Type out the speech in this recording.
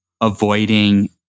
avoiding